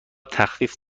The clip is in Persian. تخفیف